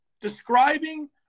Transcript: describing